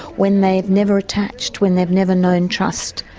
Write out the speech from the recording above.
when they've never attached, when they've never known trust,